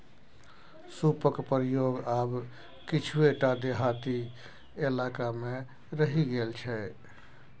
सूपक प्रयोग आब किछुए टा देहाती इलाकामे रहि गेल छै